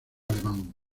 alemán